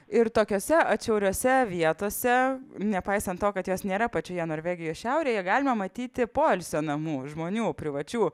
ir tokiose atšiauriose vietose nepaisant to kad jos nėra pačioje norvegijos šiaurėje galima matyti poilsio namų žmonių privačių